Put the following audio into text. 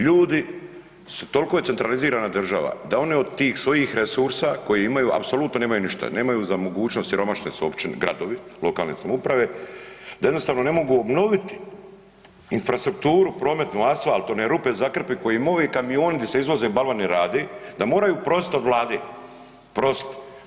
Ljudi, toliko je centralizirana država da oni od tih svojih resursa koje imaju apsolutno nemaju ništa, nemaju za mogućnost, siromašne su općine, gradovi, lokalne samouprave, da jednostavno ne mogu obnoviti infrastrukturu prometnu, asfalt, one rupe zakrpit koje im ovi kamioni di se izvoze balvani rade da moraju prosit od vlade, prosit.